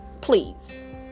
please